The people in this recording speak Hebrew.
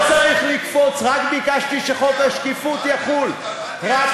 הצעת חוק למניעת התעמרות בעבודה, התשע"ה 2015, מי